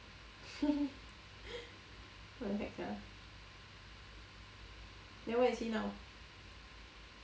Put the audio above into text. what the heck sia then where is he now